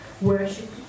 worship